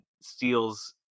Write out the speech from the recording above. steals